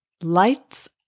lights